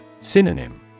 Synonym